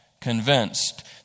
convinced